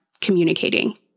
communicating